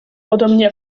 podobnie